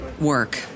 work